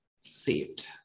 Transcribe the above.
saved